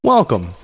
Welcome